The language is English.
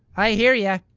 i hear yeah